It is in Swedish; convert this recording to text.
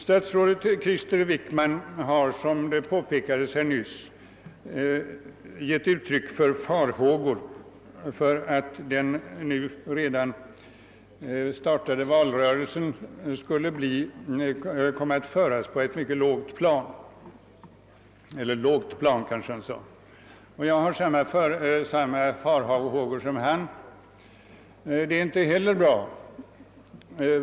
Statsrådet Krister Wickman har, såsom nyss påpekats, givit uttryck för farhågor över att den nu redan startade valrörelsen skulle komma att genomföras på ett lågt plan. Jag hyser samma farhågor som han.